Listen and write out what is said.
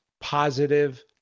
positive